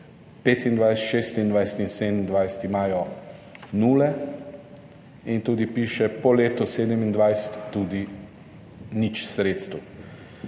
2026 in 2027 imajo nule. In tudi piše, po letu 2027 tudi nič sredstev.